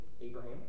Abraham